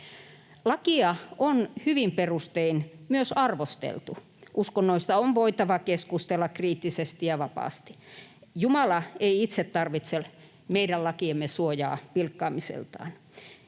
Lakia on hyvin perustein myös arvosteltu. Uskonnoista on voitava keskustella kriittisesti ja vapaasti. Jumala ei itse tarvitse meidän lakiemme suojaa pilkkaamiseltaan.